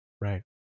Right